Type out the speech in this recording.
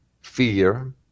fear